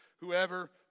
whoever